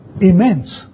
immense